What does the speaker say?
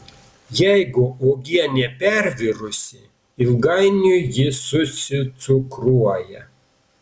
jeigu uogienė pervirusi ilgainiui ji susicukruoja